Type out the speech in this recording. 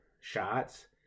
shots